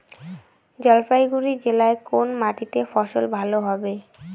জলপাইগুড়ি জেলায় কোন মাটিতে ফসল ভালো হবে?